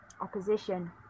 opposition